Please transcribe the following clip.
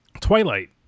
Twilight